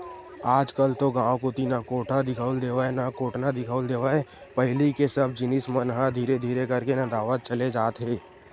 आजकल तो गांव कोती ना तो कोठा दिखउल देवय ना कोटना दिखउल देवय पहिली के सब जिनिस मन ह धीरे धीरे करके नंदावत चले जात हे